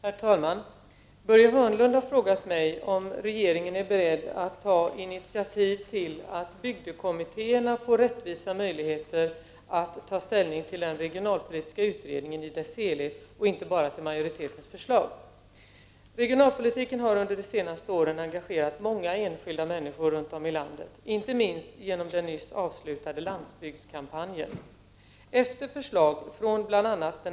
Herr talman! Börje Hörnlund har frågat mig om regeringen är beredd att ta initiativ till att bygdekommittéerna får rättvisa möjligheter att ta ställning till den regionalpolitiska utredningen i dess helhet och inte bara till majoritetens förslag. Regionalpolitiken har under de senaste åren engagerat många enskilda människor runt om i landet, inte minst genom den nyss avslutade landsbygdskampanjen. Efter förslag från bl.a.